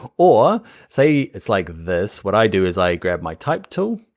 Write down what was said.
or say it's like this, what i do is i grab my type tool,